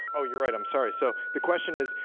oh you're right, i'm sorry, so the question is,